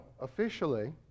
officially